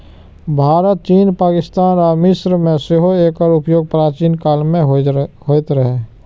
भारत, चीन, पाकिस्तान आ मिस्र मे सेहो एकर उपयोग प्राचीन काल मे होइत रहै